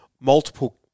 multiple